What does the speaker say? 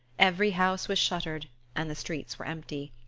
every house was shuttered and the streets were empty.